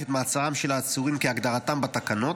את מעצרם של העצורים כהגדרתם בתקנות,